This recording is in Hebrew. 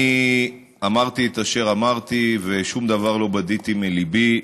אני אמרתי את אשר אמרתי ושום דבר לא בדיתי מליבי,